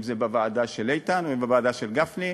אם בוועדה של איתן אם בוועדה של גפני,